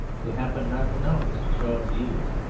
who happened not to know mr. shaw's views,